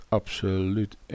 absoluut